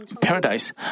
paradise